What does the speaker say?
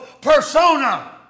persona